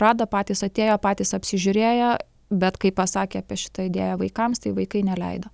rado patys atėjo patys apsižiūrėjo bet kai pasakė apie šitą idėją vaikams tai vaikai neleido